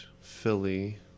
Philly